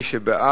הצעת חוק זו